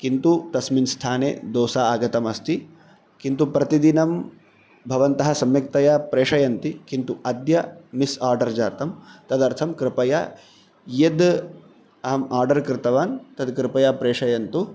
किन्तु तस्मिन् स्थाने दोसा आगतमस्ति किन्तु प्रतिदिनं भवन्तः सम्यक्तया प्रेषयन्ति किन्तु अद्य मिस् आर्डर् जातं तदर्थं कृपया यद् अहं आर्डर् कृतवान् तद् कृपया प्रेषयन्तु